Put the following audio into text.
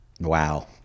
Wow